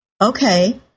Okay